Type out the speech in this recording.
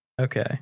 Okay